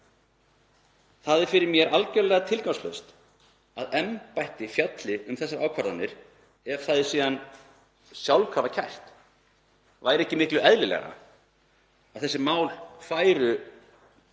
Það er fyrir mér algjörlega tilgangslaust að embættið fjalli um þessar ákvarðanir ef það er síðan sjálfkrafa kært. Væri ekki miklu eðlilegra að þessi mál færu